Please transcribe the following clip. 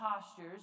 postures